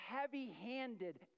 heavy-handed